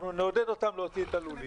אנחנו נעודד אותם להוציא את הלולים.